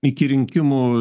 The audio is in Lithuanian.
iki rinkimų